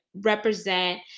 represent